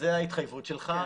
זה ההתחייבות שלך,